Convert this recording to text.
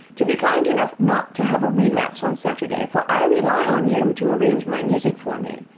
to be kind enough not to have a relapse on saturday, for i rely on you to arrange my music for me.